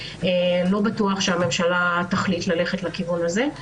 לא בטוח שהממשלה תחליט ללכת לכיוון הזה.